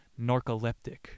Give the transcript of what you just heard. narcoleptic